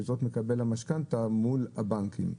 לעזרת מקבל המשכנתא מול הבנקים.